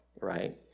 right